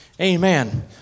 Amen